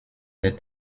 des